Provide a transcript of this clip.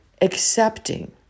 accepting